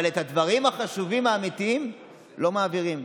אבל את הדברים החשובים האמיתיים לא מעבירים.